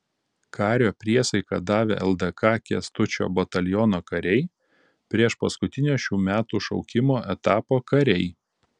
kario priesaiką davę ldk kęstučio bataliono kariai priešpaskutinio šių metų šaukimo etapo kariai